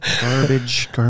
Garbage